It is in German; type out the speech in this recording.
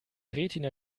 retina